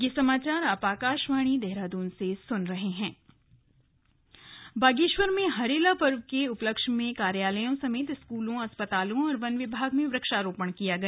slug Harela Bageshwar Bageshwar में हरेला पर्व के उपलक्ष्य में कार्यालयों समेत स्कूलों अस्पतालों और वन विभाग में वृक्षारोपण किया गया